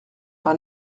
par